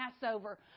Passover